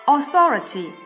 Authority